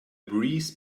breeze